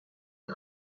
est